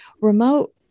remote